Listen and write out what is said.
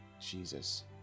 Jesus